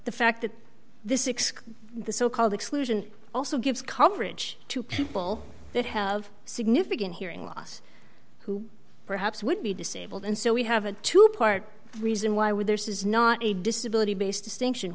the fact that this exclude the so called exclusion also gives coverage to people that have significant hearing loss who perhaps would be disabled and so we have a two part reason why would there is not a disability based distinction